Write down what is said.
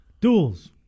Duels